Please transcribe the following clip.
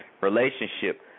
relationship